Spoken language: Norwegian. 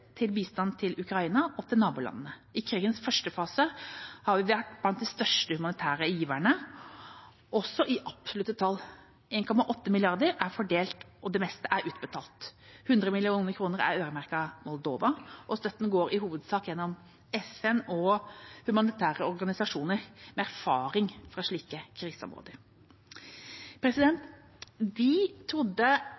til bistand til Ukraina og til nabolandene. I krigens første fase har vi vært blant de største humanitære giverne, også i absolutte tall. 1,8 mrd. kr er fordelt, og det meste er utbetalt. 100 mill. kr er øremerket Moldova. Støtten går i hovedsak gjennom FN og humanitære organisasjoner med erfaring fra slike kriseområder.